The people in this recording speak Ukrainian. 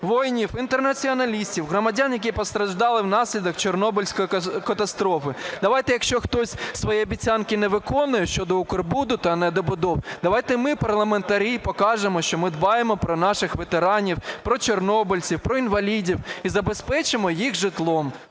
воїнів-інтернаціоналістів, громадян, які постраждали внаслідок Чорнобильської катастрофи. Давайте, якщо хтось свої обіцянки не виконує щодо "Укрбуду" та недобудов, давайте ми парламентарі покажемо, що ми дбаємо про наших ветеранів, про чорнобильців, про інвалідів і забезпечимо їх житлом.